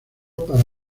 para